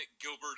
Gilbert